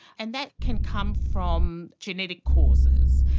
and that can come from genetic causes.